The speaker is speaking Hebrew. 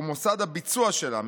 ומוסד הבצוע שלה,